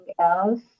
else